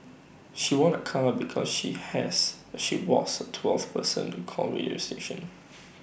she won A car because she has she was twelfth person to call radio station